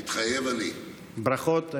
מתחייב אני ברכות.